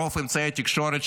רוב אמצעי התקשורת,